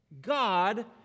God